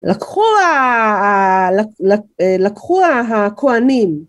לקחו הכהנים